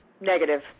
Negative